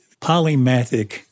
polymathic